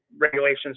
regulations